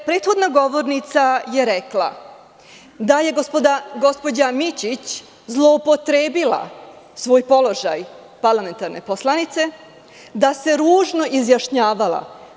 Prethodna govornica je rekla da je gospođa Mićić zloupotrebila svoj položaj parlamentarne poslanice, da se ružno izjašnjavala.